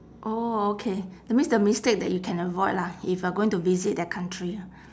oh okay that means the mistake that you can avoid lah if you are going to visit that country